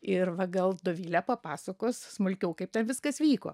ir va gal dovilė papasakos smulkiau kaip ten viskas vyko